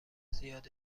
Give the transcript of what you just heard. زیاد